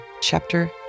Chapter